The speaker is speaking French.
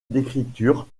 d’écriture